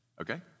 Okay